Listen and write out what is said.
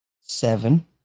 Seven